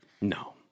No